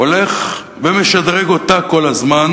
הולך ומשדרג אותה כל הזמן,